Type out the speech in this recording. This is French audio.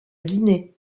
guinée